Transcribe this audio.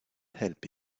help